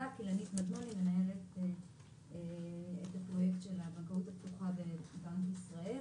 מדמוני ואני מנהלת את תחום הבנקאות הפתוחה בבנק ישראל.